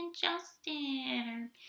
Justin